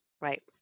Right